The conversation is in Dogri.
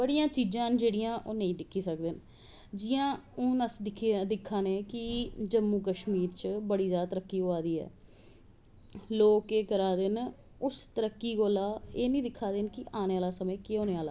बड़ियां चीज़ां न जेह्ड़ियां ओह् नेंई दिकखी सकदे न हून जियां अस दिक्खा ने कि जम्मू कश्मीर च बड़ी जादा तरक्की होआ दी ऐ लोग केह् करा दे उस तरक्की कोला दा एह् नी दिक्खा दे कि आनें आह्ला समें केह् होनां ऐ